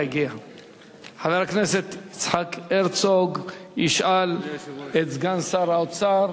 חבר הכנסת יצחק הרצוג ישאל את סגן שר האוצר,